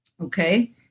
okay